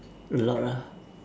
a lot ah